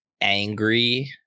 angry